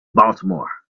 baltimore